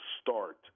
start